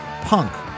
punk